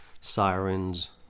sirens